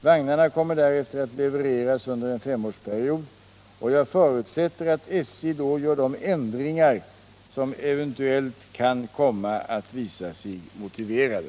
Vagnarna kommer därefter att levereras under en femårsperiod, och jag förutsätter att SJ då gör de ändringar som eventuellt kan komma att visa sig motiverade.